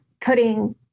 putting